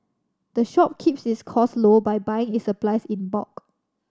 the shop keeps its cost low by buying its supplies in bulk